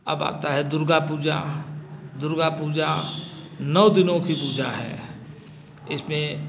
अब आता है दुर्गा पूजा दुर्गा पूजा नौ दिनों की पूजा है इसमें